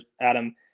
Adam